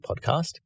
podcast